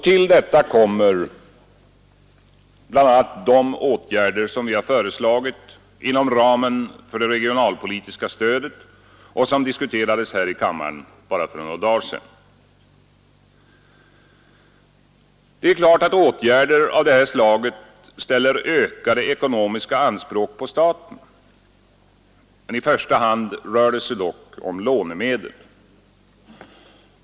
Till detta kommer bl.a. de åtgärder som vi har föresl agit inom ramen för det regionalpolitiska stödet och som diskuterades här i kammaren för bara några dagar sedan. Det är klart att åtgärder av det här slaget ställer ökade ekonomiska anspråk på staten. I första hand rör det sig dock om lånemedel.